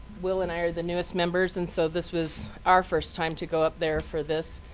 will and i are the newest members, and so this was our first time to go up there for this.